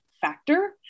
factor